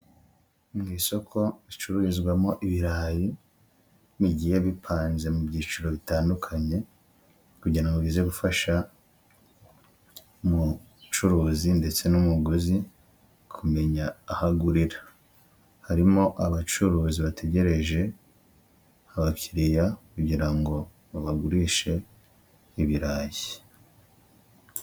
Mu isoko ricururizwamo ibirayi bigiye bipanze mu byiciro bitandukanye, kugira ngo bize gufasha umucuruzi ndetse n'umuguzi, kumenya aho agurira. Harimo abacuruzi bategereje abakiriya kugira ngo babagurishe ibirayi.